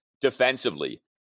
defensively